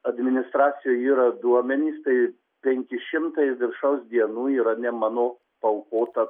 administracijoj yra duomenys tai penki šimtai viršaus dienų yra ne mano paaukota